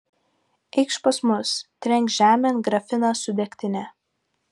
eikš pas mus trenk žemėn grafiną su degtine